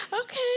Okay